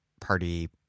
party